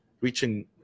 reaching